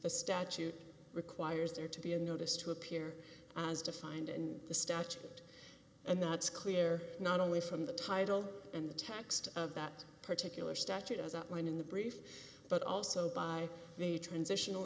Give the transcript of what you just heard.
the statute requires there to be a notice to appear as defined in the statute and that's clear not only from the title and the text of that particular statute as outlined in the brief but also by the transitional